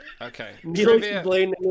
okay